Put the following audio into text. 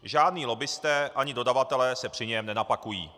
Žádní lobbisté ani dodavatelé se při něm nenapakují.